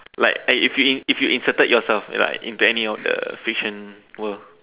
like I if you if you inserted yourself like into any of the fiction world